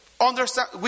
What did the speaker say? understand